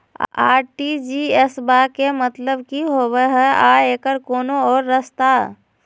RTGS बा के मतलब कि होबे हय आ एकर कोनो और रस्ता?